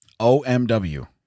OMW